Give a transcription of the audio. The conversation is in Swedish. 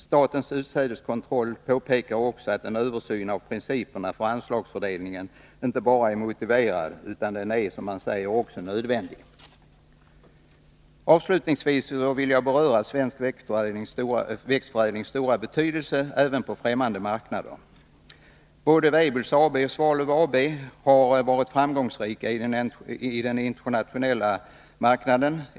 Statens utsädeskontroll påpekar också att en översyn av principerna för anslagsfördelningen inte bara är motiverad utan den är, som man säger, också nödvändig. Avslutningsvis vill jag beröra svensk växtförädlings stora betydelse även på främmande marknader. Både Weibulls AB och Svalöf AB har varit framgångsrika på den internationella marknaden.